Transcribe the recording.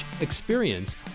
experience